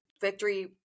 victory